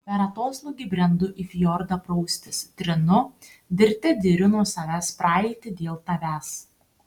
per atoslūgį brendu į fjordą praustis trinu dirte diriu nuo savęs praeitį dėl tavęs